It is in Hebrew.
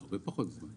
פחות זמן.